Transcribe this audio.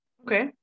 Okay